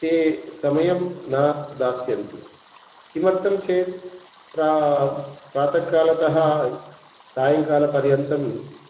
ते समयं न दास्यन्ति किमर्थं चेत् प्रा प्रातःकालतः सायङ्कालपर्यन्तं